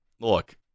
look